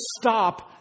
stop